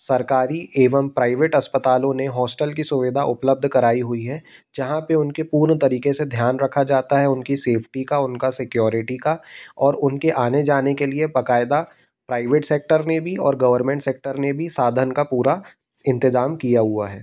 सरकारी एवं प्राइवेट अस्पतालों ने हॉस्टेल की सुविधा उपलब्ध कराई हुई है जहाँ पे उनके पूर्ण तरीके से ध्यान रखा जाता है उनकी सेफटी का उनका सेक्योरिटी का और उनके आने जाने के लिए बकायदा प्राइवेट सेक्टर ने भी और गवर्मेंट सेक्टर ने भी साधन का पूरा इंतज़ाम किया हुआ है